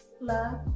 love